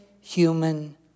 human